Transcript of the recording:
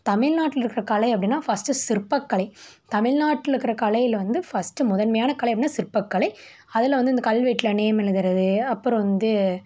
தமிழ்நாட்டில் இருக்கிற கலை அப்படின்னா ஃபஸ்ட்டு சிற்பக்கலை தமிழ்நாட்டில் இருக்கிற கலையில் வந்து ஃபஸ்ட்டு முதன்மையான கலை அப்படின்னா சிற்பக்கலை அதில் வந்து இந்த கல்வெட்டில் நேம் எழுதுகிறது அப்புறம் வந்து